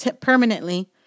permanently